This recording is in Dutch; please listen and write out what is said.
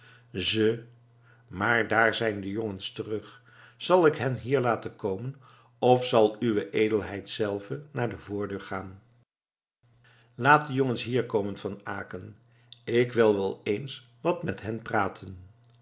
ze maar daar zijn de jongens terug zal ik hen hier laten komen of zal uwe edelheid zelve naar de voordeur gaan laat de jongens hier komen van aecken ik wil wel eens wat met hen praten